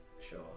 sure